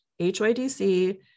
HYDC